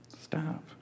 stop